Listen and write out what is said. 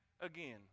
again